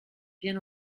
bien